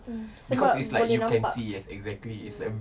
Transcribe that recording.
mm sebab boleh nampak mm